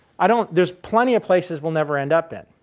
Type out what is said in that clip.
i don't there's plenty of places we'll never end up in,